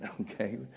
Okay